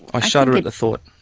i shudder at the thought!